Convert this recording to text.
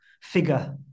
figure